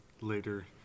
later